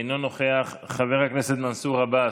אינו נוכח, חבר הכנסת מנסור עבאס,